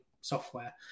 software